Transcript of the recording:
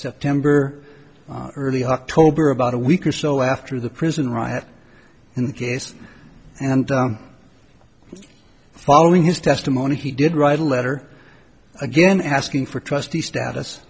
september early october about a week or so after the prison riot and case and following his testimony he did write a letter again asking for trustee status